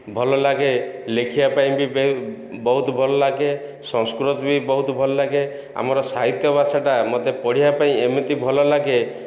ଭଲ ଲାଗେ ଲେଖିବା ପାଇଁ ବି ବହୁତ ଭଲ ଲାଗେ ସଂସ୍କୃତ ବି ବହୁତ ଭଲ ଲାଗେ ଆମର ସାହିତ୍ୟ ଭାଷାଟା ମୋତେ ପଢ଼ିବା ପାଇଁ ଏମିତି ଭଲ ଲାଗେ